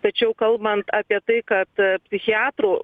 tačiau kalbant apie tai kad psichiatrų